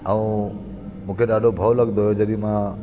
ऐं मूंखे ॾाढो भओ लॻंदो हुओ जॾहिं मां